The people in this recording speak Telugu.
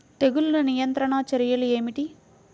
తెగులు నియంత్రణ చర్యలు ఏమిటి?